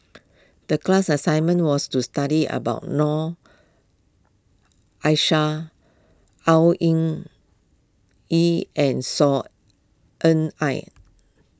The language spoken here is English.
the class assignment was to study about Noor Aishah Au Hing Yee and Saw Ean Ang